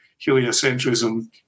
heliocentrism